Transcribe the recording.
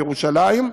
ירושלים,